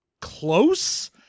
close